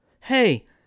Hey